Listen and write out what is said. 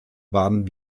waren